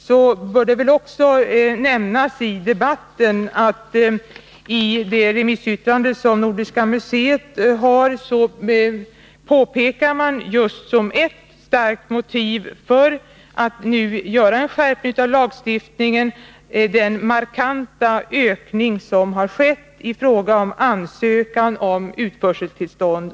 Det bör därför i debatten nämnas att Nordiska museet i sitt remissyttrande som ett starkt motiv för att nu skärpa lagstiftningen anför den markanta ökning som under senare år har skett av antalet ansökningar om utförseltillstånd.